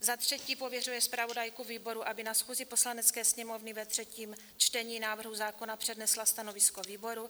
III. pověřuje zpravodajku výboru, aby na schůzi Poslanecké sněmovny ve třetím čtení návrhu zákona přednesla stanovisko výboru;